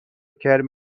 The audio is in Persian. کرم